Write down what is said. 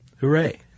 Hooray